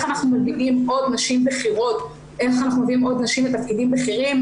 אנחנו מביאים עוד נשים לתפקידים בכירים,